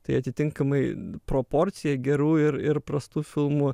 tai atitinkamai proporcija gerų ir ir prastų filmų